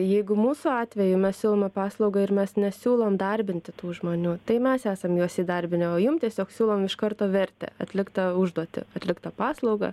jeigu mūsų atveju mes siūlome paslaugą ir mes nesiūlom darbinti tų žmonių tai mes esam juos įdarbinę o jum tiesiog siūlom iš karto vertę atliktą užduotį atliktą paslaugą